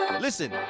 Listen